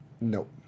Nope